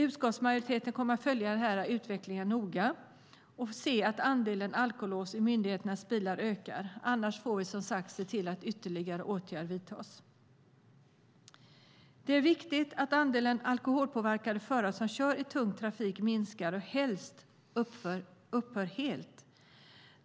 Utskottsmajoriteten kommer att följa utvecklingen noga för att se att andelen alkolås i myndigheternas bilar ökar. Annars får vi se till att ytterligare åtgärder vidtas. Det är viktigt att andelen alkoholpåverkade förare som kör i tung trafik minskar och helst försvinner helt.